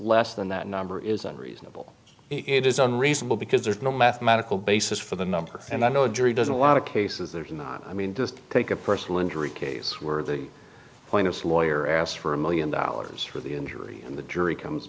less than that number is unreasonable it is unreasonable because there's no mathematical basis for the number and i know a jury doesn't a lot of cases there's not i mean just take a personal injury case where the point us lawyer asked for a million dollars for the injury and the jury comes